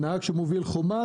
נהג שמוביל חומ"ס,